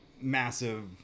massive